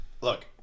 Look